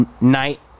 night